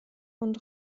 und